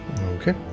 Okay